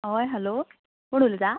हय हॅलो कोण उलयता